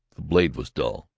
the blade was dull.